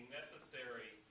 necessary